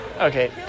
Okay